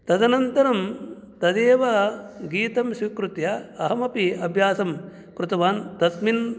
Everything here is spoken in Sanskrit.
तदनन्तरं तदेव गीतं स्वीकृत्य अहमपि अभ्यासं कृतवान् तस्मिन्